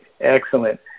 Excellent